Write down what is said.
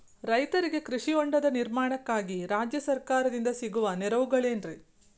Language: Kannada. ರೈತರಿಗೆ ಕೃಷಿ ಹೊಂಡದ ನಿರ್ಮಾಣಕ್ಕಾಗಿ ರಾಜ್ಯ ಸರ್ಕಾರದಿಂದ ಸಿಗುವ ನೆರವುಗಳೇನ್ರಿ?